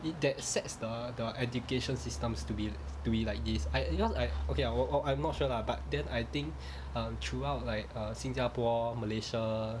it that sets the the education systems to be to be like this I because I okay I 我我 I'm not sure lah but then I think um throughout like err 新加坡 malaysia